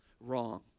wrong